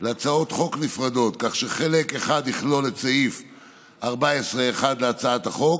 להצעות חוק נפרדות כך שחלק אחד יכלול את סעיף 14(1) להצעת החוק,